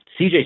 CJ